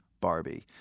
Barbie